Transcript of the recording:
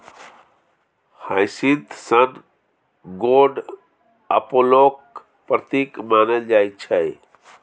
hyacinth सन गोड अपोलोक प्रतीक मानल जाइ छै